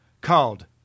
called